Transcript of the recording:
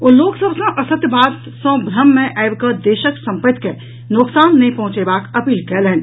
ओ लोकसभ सॅ असत्य बात सॅ भ्रम मे आबि कऽ देशक संपत्ति के नोकसान नहि पहुंचयबाक अपील कयलनि